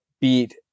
beat